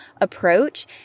approach